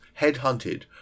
headhunted